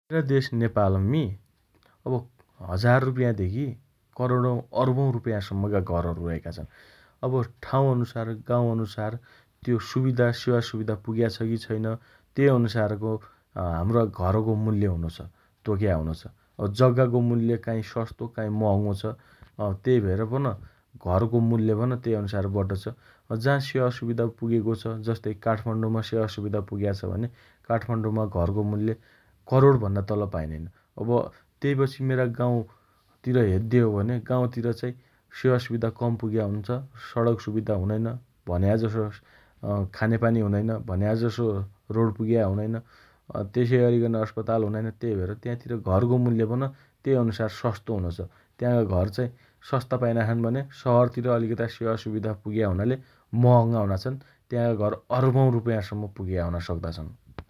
हम्रा देश नेपालमी अब हजार रुपैयाँ धेगी करोडौं अर्बौं रुपैयाँसम्मका घर रयाका छन् । अब ठाउँ अनुसार गाउँ अनुसार त्यो सुविधा सेवा सुविधा पुग्या छ की छैन । तेइ अनुसारको अँ हम्रा घरको मूल्य हुनोछ । तोक्या हुनोछ । अब जग्गाको मूल्य काई सस्तो काई महँगो हुनोछ । तेइ भएर पन घरको मूल्य पन तेइ अनुसारको पड्डो छ । जाँ सेवा सुविधा पुगेको छ । जस्तै काठमाडौंमा सेवा सुविधा पुग्या छ भने काठमाडौंमा घरको मूल्य करोडभन्ना तल पाइनाइन । अब तेइपछि मेरा गाउँ तिर हेद्दे हो भने गाउँतिर चाइ सेवा सुविधा कम पुग्या हुन्छ । सडक सुविधा हुनैन । भन्या जसो अँ खानेपानी हुनैन । भन्या जसो रोड पुग्या हुनैन । अँ तेसइ अरिकन अस्पताल हुनाइन । तेइभएर ताँतिर घरको मूल्यपन तेइअनुसार सस्तो हुनोछ । त्याँका घर चाई सस्ता पाइना छन् भने सहरतिर अलिकता सेवा सुविधा पुग्या हुनाले महँगा हुना छन् । त्याँका घर अर्बौं रुपैयाँसम्म पुग्या हुना सक्दा छन् ।